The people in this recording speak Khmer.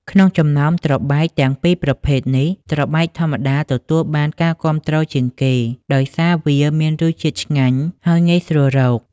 ក្នុងចំណោមត្របែកទាំងពីរប្រភេទនេះ ត្របែកធម្មតា ទទួលបានការគាំទ្រជាងគេ ដោយសារវាមានរសជាតិឆ្ងាញ់ ហើយងាយស្រួលរក។